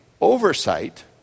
oversight